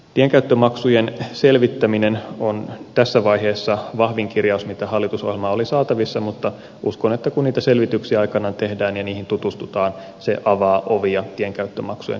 tienkäyttömaksujen selvittäminen on tässä vaiheessa vahvin kirjaus mitä hallitusohjelmaan oli saatavissa mutta uskon että kun niitä selvityksiä aikanaan tehdään ja niihin tutustutaan se avaa ovia tienkäyttömaksujen käyttöönotolle